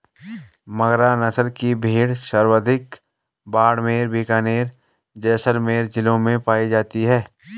मगरा नस्ल की भेड़ सर्वाधिक बाड़मेर, बीकानेर, जैसलमेर जिलों में पाई जाती है